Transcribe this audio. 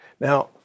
Now